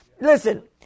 Listen